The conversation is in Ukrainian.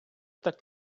так